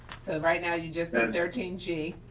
so right now you just have thirteen g,